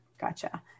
Gotcha